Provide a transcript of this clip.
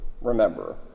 remember